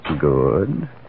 Good